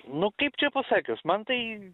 nu kaip čia pasakius man tai